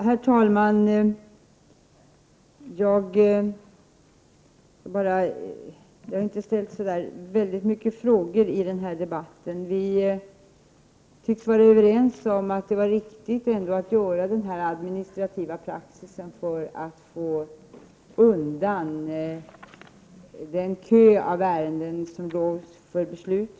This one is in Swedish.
Herr talman! Det har inte ställts så många frågor i den här debatten. Vi tycks vara överens om att införa denna administrativa praxis för att minska den kö av ärenden som väntar på beslut.